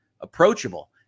approachable